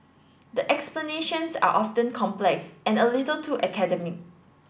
the explanations are often complex and a little too academic